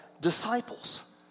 disciples